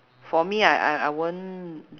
for me I I I won't